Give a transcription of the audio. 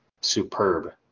Superb